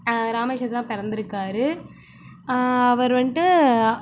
ராமேஸ்வரத்தில்தான் பிறந்துருக்காரு அவர் வந்துட்டு